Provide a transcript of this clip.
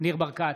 ניר ברקת,